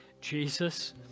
Jesus